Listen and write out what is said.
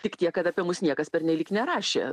tik tiek kad apie mus niekas pernelyg nerašė